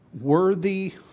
worthy